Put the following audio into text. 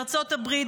בארצות הברית,